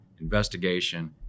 investigation